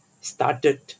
started